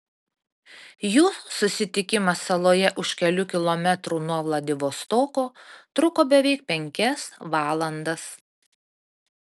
jų susitikimas saloje už kelių kilometrų nuo vladivostoko truko beveik penkias valandas